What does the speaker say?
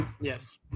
Yes